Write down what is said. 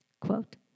Quote